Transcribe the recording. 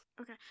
Okay